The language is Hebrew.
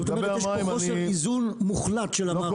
זאת אומרת, יש פה חוסר איזון מוחלט של המערכת.